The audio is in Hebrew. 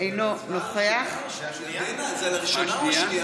אינו נוכח דוד